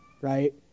right